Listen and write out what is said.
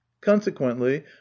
consequently